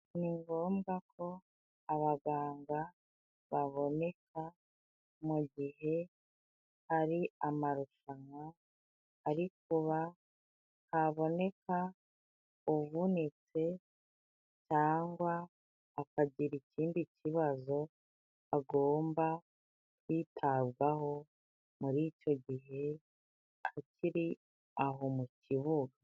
Ni ngombwa ko abaganga baboneka mu gihe hari amarushanwa arikuba. Haboneka uvunitse cyangwa akagira ikindi kibazo, agomba kwitabwaho muri icyo gihe akiri aho mu kibuga.